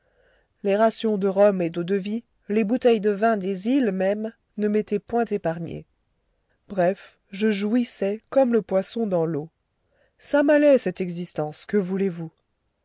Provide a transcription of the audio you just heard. les rations de rhum et d'eau-de-vie les bouteilles de vin des iles mêmes ne m'étaient point épargnées bref je jouissais comme le poisson dans l'eau ça m'allait cette existence que voulez-vous